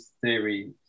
theory